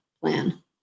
plan